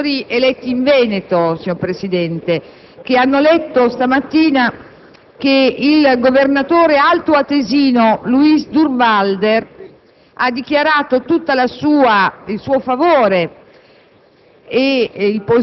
in particolare, i senatori eletti in Veneto, signor Presidente, hanno letto stamattina che il governatore altoatesino, Luis Durnwalder, ha dichiarato tutto il suo favore